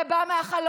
זה בא מהחלון,